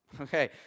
Okay